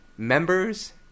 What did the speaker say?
members